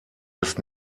des